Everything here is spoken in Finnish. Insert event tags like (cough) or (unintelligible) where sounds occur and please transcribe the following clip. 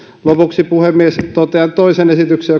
lopuksi puhemies totean toisen esityksen (unintelligible)